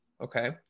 Okay